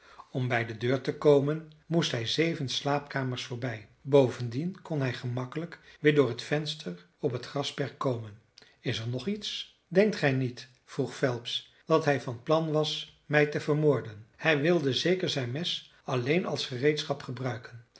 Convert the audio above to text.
om bij de deur te komen moest hij zeven slaapkamers voorbij bovendien kon hij gemakkelijk weer door het venster op het grasperk komen is er nog iets denkt gij niet vroeg phelps dat hij van plan was mij te vermoorden hij wilde zeker zijn mes alleen als gereedschap gebruiken